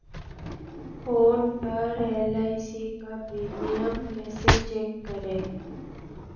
Phone पर LIC का premium कैसे चेक करें?